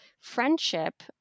friendship